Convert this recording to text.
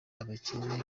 abakene